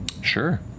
Sure